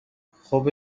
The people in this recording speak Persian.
خوب